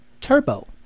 turbo